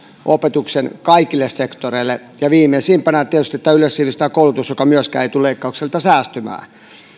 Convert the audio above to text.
opetuksen kaikille sektoreille ja viimeisimpänä tietysti tämä yleissivistävä koulutus joka myöskään ei tule leikkauksilta säästymään